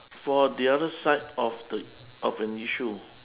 for the other side of the of an issue